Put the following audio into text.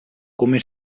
come